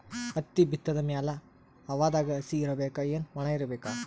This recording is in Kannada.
ಹತ್ತಿ ಬಿತ್ತದ ಮ್ಯಾಲ ಹವಾದಾಗ ಹಸಿ ಇರಬೇಕಾ, ಏನ್ ಒಣಇರಬೇಕ?